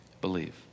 believe